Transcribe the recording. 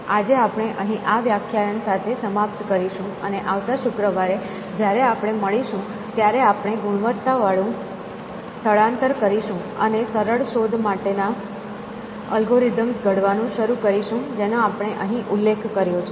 આજે આપણે અહીં આ વ્યાખ્યાયન સમાપ્ત કરીશું અને આવતા શુક્રવારે જ્યારે આપણે મળીશું ત્યારે આપણે ગુણવત્તાવાળું સ્થળાંતર કરીશું અને સરળ શોધ માટેના અલ્ગોરિધમ ઘડવાનું શરૂ કરીશું જેનો આપણે અહીં ઉલ્લેખ કર્યો છે